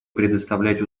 предоставлять